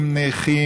עם נכים,